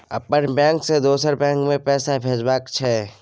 अपन बैंक से दोसर बैंक मे पैसा भेजबाक छै?